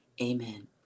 Amen